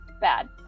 bad